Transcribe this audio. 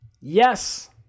yes